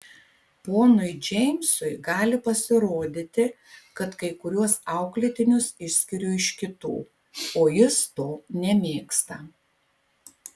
ponui džeimsui gali pasirodyti kad kai kuriuos auklėtinius išskiriu iš kitų o jis to nemėgsta